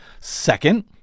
Second